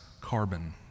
carbon